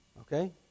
Okay